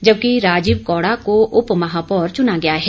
जबकि राजीव कौड़ा को उपमहापौर चुना गया है